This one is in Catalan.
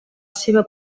seva